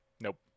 nope